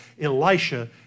Elisha